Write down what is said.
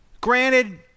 granted